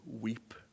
weep